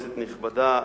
כנסת נכבדה,